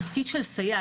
התפקיד של סייעת,